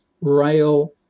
rail